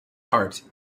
heart